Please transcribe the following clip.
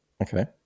okay